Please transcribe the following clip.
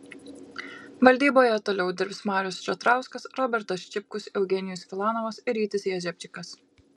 valdyboje toliau dirbs marius čatrauskas robertas čipkus eugenijus filonovas ir rytis jezepčikas